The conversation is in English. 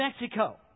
Mexico